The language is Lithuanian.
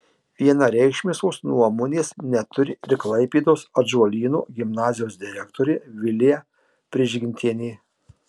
vienareikšmiškos nuomonės neturi ir klaipėdos ąžuolyno gimnazijos direktorė vilija prižgintienė